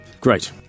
Great